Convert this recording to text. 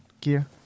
gear